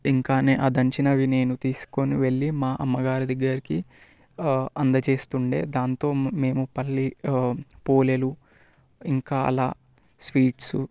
ఇంకా నే అ దంచినవి నేను తీసుకొని వెళ్ళి మా అమ్మ గారి దగ్గరికి అందచేస్తుండే దాంతో మేము పల్లి పూలేలు ఇంకా అలా స్వీట్స్